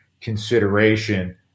consideration